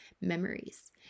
memories